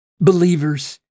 believers